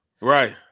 right